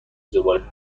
زباله